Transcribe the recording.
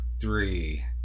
Three